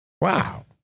Wow